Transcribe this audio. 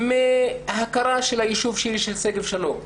מהכרה של הישוב שגב שלום,